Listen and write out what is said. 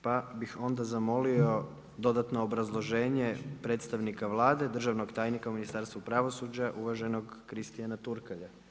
Pa bih onda zamolio dodatno obrazloženje predstavnika Vlade, državnog tajnika u Ministarstvu pravosuđa uvaženog Kristiana Turkalja.